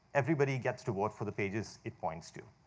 everybody gets to vote for the pages it points to.